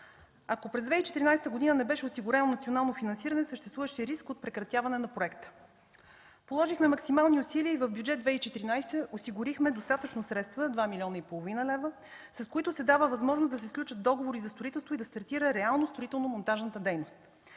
Ако през 2014 г. не беше осигурено национално финансиране, съществуваше риск от прекратяване на проекта. Положихме максимални усилия и в Бюджет 2014 г. осигурихме достатъчно средства – 2,5 млн. лв., с които се дава възможност да се сключат договори за строителство и да стартира реално строително-монтажната дейност.